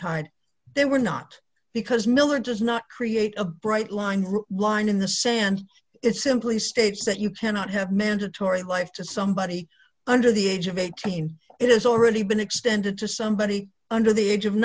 tied they were not because milage is not create a bright line rule line in the sand it simply states that you cannot have mandatory life to somebody under the age of eighteen it has already been extended to somebody under the age of